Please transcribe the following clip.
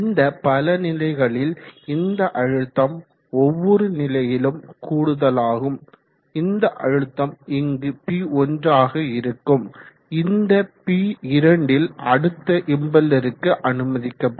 இந்த பலநிலைகளில் இந்த அழுத்தம் ஒவ்வொரு நிலையிலும் கூடுதலாகும் இந்த அழுத்தம் இங்கு P1 ஆக இருக்கும் இந்த P2 ல் அடுத்த இம்பெல்லருக்கு அனுமதிக்கப்படும்